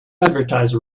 advertise